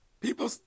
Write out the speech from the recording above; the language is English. people